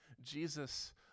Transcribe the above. Jesus